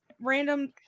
random